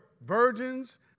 virgins